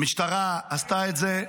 המשטרה עשתה את זה.